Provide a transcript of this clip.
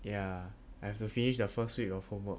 ya I have to finish the first week of homework